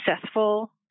successful